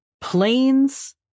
planes